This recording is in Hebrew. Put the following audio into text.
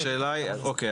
אוקיי,